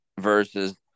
versus